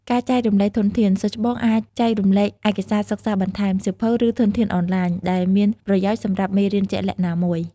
ការចែករំលែកធនធាន សិស្សច្បងអាចចែករំលែក ឯកសារសិក្សាបន្ថែម សៀវភៅ ឬធនធានអនឡាញ ដែលមានប្រយោជន៍សម្រាប់មេរៀនជាក់លាក់ណាមួយ។